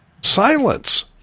Silence